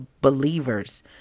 believers